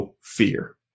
fear